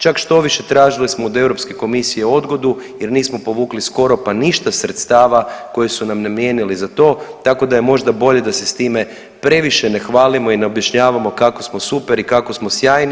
Čak štoviše tražili smo od Europske komisije odgodu, jer nismo povukli skoro pa ništa sredstava koja su nam namijenili za to, tako da je možda bolje da se s time previše ne hvalimo i ne objašnjavamo kako smo super i kako smo sjajni.